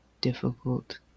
difficult